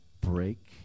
break